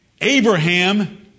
Abraham